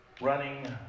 running